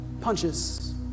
punches